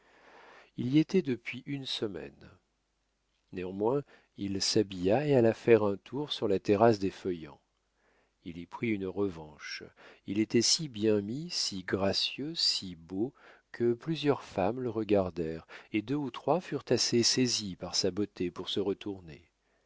il y était depuis une semaine néanmoins il s'habilla et alla faire un tour sur la terrasse des feuillants il y prit une revanche il était si bien mis si gracieux si beau que plusieurs femmes le regardèrent et deux ou trois furent assez saisies par sa beauté pour se retourner